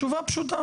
תשובה פשוטה,